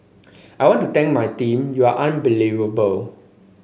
I want to thank my team you're unbelievable